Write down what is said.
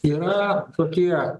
yra tokie